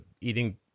eating